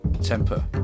Temper